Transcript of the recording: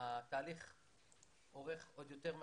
התהליך אורך עוד יותר מהרגיל.